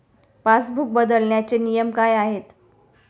Passbook बदलण्याचे नियम काय आहेत?